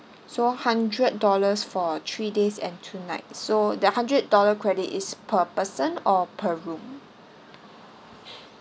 so hundred dollars for three days and two nights so there are hundred dollar credit is per person or per room